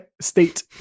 state